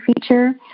feature